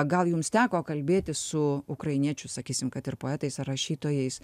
gal jums teko kalbėtis su ukrainiečių sakysim kad ir poetais ar rašytojais